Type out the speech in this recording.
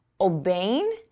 obeying